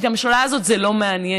כי את הממשלה הזאת זה לא מעניין.